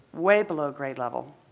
way below grade level.